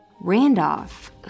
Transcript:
Randolph